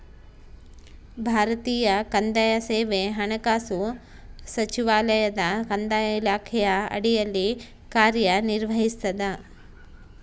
ಭಾರತೀಯ ಕಂದಾಯ ಸೇವೆ ಹಣಕಾಸು ಸಚಿವಾಲಯದ ಕಂದಾಯ ಇಲಾಖೆಯ ಅಡಿಯಲ್ಲಿ ಕಾರ್ಯನಿರ್ವಹಿಸ್ತದ